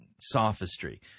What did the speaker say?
sophistry